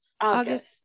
August